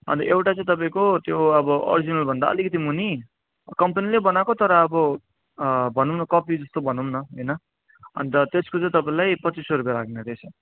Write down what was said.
अन्त एउटा चाहिँ तपाईँको त्यो अब अर्जिनलभन्दा अलिकति मुनि कम्पनीले बनाएको तर अब भनौँ न कपीजस्तो भनौँ न होइन अन्त त्यसको चाहिँ तपाईलाई पच्चिस सय रुपियाँ लाग्ने रहेछ